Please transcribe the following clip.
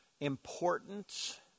importance